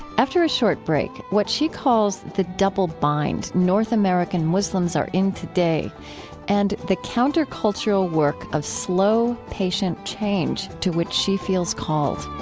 after a short break, what she calls the double bind north american muslims are in today and the countercultural work of slow, patient change to which she feels called